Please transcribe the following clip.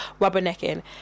rubbernecking